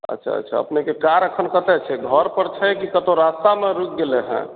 अच्छा अच्छा अपनेके कार अखन कतऽ छै घर पर छै कि कतौ रास्तामे रुकि गेलै हेँ